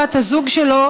בת הזוג שלו,